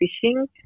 fishing